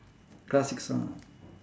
classic song